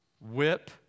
whip